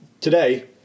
today